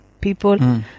people